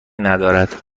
ندارد